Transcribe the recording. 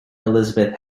elizabeth